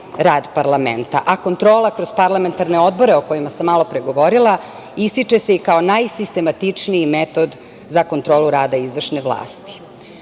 rad parlamenta. Kontrola kroz parlamentarne odbore, o kojima sam malopre govorila ističe se i kao najsistematičniji metod za kontrolu rada izvršne vlasti. Iz